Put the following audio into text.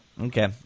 Okay